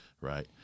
Right